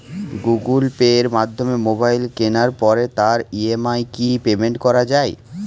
Google পের মাধ্যমে mobile কেনার পরে তার ই.এম.আই কি পেমেন্ট করা যায়?